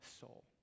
soul